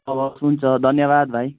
हवस् हुन्छ धन्यवाद भाइ